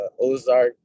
Ozark